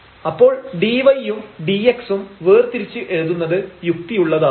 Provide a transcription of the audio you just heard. അപ്പോൾ dy ഉം dx ഉം വേർതിരിച്ച് എഴുതുന്നത് യുക്തിയുള്ളതാകുന്നു